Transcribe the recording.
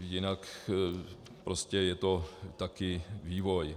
Jinak prostě je to taky vývoj.